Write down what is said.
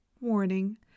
Warning